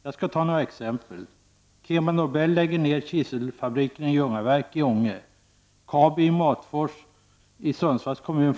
Jag skall ta några exempel: Herr talman!